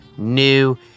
new